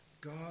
God